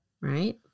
Right